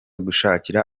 gushakira